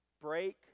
break